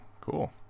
cool